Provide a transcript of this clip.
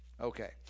Okay